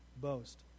boast